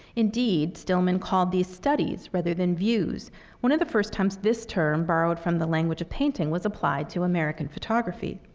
indeed, stillman called these studies rather than views one of the first times this term, borrowed from the language of painting, was applied to american photography.